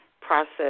process